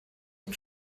dem